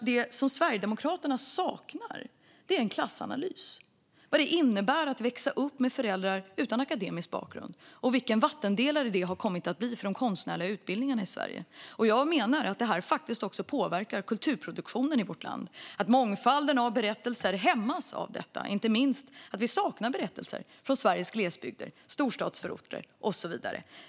Det som Sverigedemokraterna saknar är en klassanalys, vad det innebär att växa upp med föräldrar utan akademisk bakgrund och vilken vattendelare det har kommit att bli i de konstnärliga utbildningarna i Sverige. Jag menar att det faktiskt också påverkar kulturproduktionen i vårt land och att mångfalden av berättelser hämmas av detta. Inte minst saknar vi berättelser från Sveriges glesbygder, storstadsförorter och så vidare.